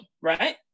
right